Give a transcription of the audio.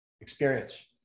experience